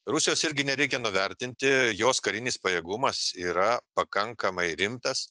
rusijos irgi nereikia nuvertinti jos karinis pajėgumas yra pakankamai rimtas